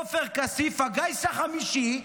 עופר כסיף, הגיס החמישי,